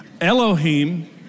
Elohim